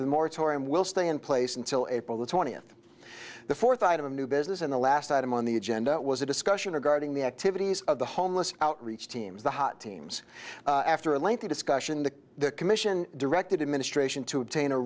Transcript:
the moratorium will stay in place until april the twentieth the fourth item of new business and the last item on the agenda was a discussion regarding the activities of the homeless outreach teams the hot teams after a lengthy discussion the commission directed administration to